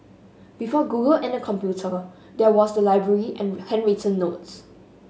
before Google and the computer there was the library and handwritten notes